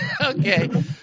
okay